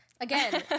Again